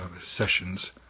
sessions